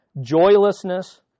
joylessness